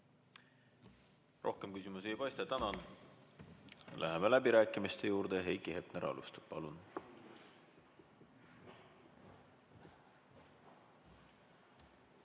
Rohkem küsimusi ei paista. Tänan! Läheme läbirääkimiste juurde. Heiki Hepner alustab. Palun!